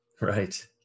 Right